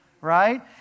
right